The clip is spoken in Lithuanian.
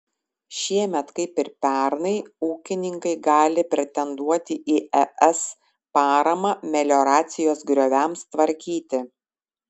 šiemet kaip ir pernai ūkininkai gali pretenduoti į es paramą melioracijos grioviams tvarkyti